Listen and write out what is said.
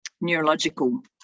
neurological